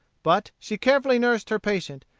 but she carefully nursed her patient,